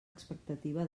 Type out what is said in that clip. expectativa